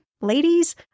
ladies